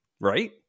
Right